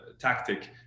tactic